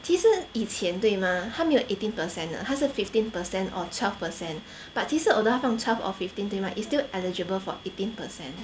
其实以前对吗它没有 eighteen per cent 它是 fifteen percent or twelve percent but 其实 although 它放 twelve or fifteen 对吗 it's still eligible for eighteen percent